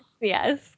Yes